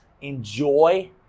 Enjoy